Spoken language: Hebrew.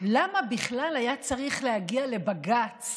למה בכלל היה צריך להגיע לבג"ץ